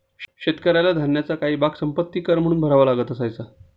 शेतकऱ्याला धान्याचा काही भाग संपत्ति कर म्हणून भरावा लागत असायचा